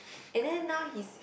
and then now his